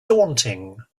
daunting